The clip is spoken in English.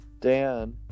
Dan